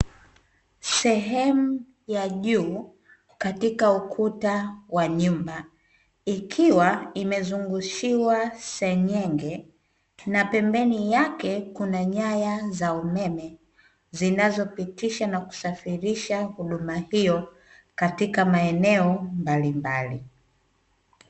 Sehemu ya juu katika ukuta wa nyumba ikiwa imezungushiwa senyenge, na pembeni yake kuna nyaya za umeme zinazopitisha na kusafirisha huduma hiyo, katika maeneo mbalimbali.